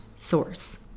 source